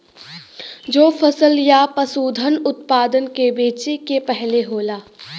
जो फसल या पसूधन उतपादन के बेचे के पहले होला